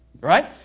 Right